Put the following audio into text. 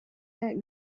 that